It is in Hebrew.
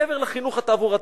מעבר לחינוך התעבורתי.